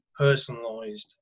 personalised